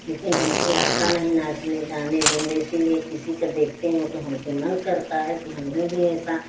लेकिन हमके आता नहीं नाचने गाने जोन इसलिए किसी को देखती हूँ तो हमके मन करता है कि हमहु भी ऐसा